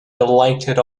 delighted